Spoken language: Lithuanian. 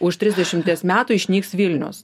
už trisdešimties metų išnyks vilnius